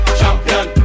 champion